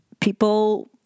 People